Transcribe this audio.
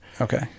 Okay